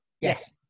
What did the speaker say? yes